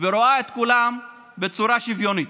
ורואה את כולם בצורה שוויונית.